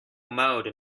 mode